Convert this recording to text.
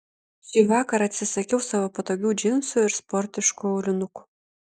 šįvakar atsisakiau savo patogių džinsų ir sportiškų aulinukų